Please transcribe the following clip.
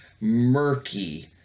murky